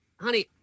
honey